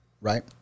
Right